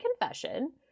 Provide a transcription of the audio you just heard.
confession